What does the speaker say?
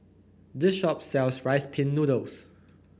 this shop sells Rice Pin Noodles